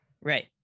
Right